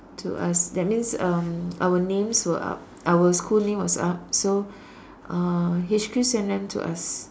to us that means um our names were up our school names was up so uh H_Q sent them to us